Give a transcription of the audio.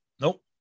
Nope